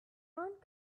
front